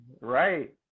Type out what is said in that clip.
Right